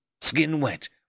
skin-wet